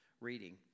reading